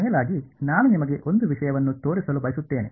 ಮೇಲಾಗಿ ನಾನು ನಿಮಗೆ ಒಂದು ವಿಷಯವನ್ನು ತೋರಿಸಲು ಬಯಸುತ್ತೇನೆ